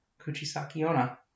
Kuchisakiona